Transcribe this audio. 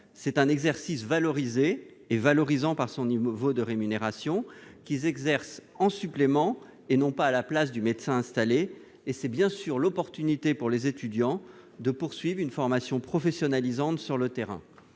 c'est une pratique valorisée et valorisante par son niveau de rémunération, qui s'exerce en supplément, et non à la place du médecin installé, et qui constitue bien sûr une opportunité pour les étudiants de poursuivre une formation professionnalisante sur le terrain.